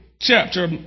chapter